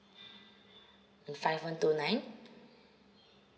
and five one two nine